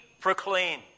proclaim